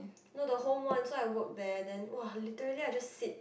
no the home one so I worked there then !wah! literally I just sit